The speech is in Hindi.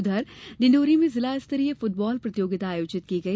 उधर डिण्डोरी में जिला स्तरीय फुटबाल प्रतियोगिता आयोजित की गई